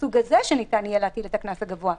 הסוג הזה שניתן יהיה להטיל את הקנס הגבוה.